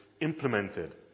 implemented